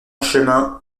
chemin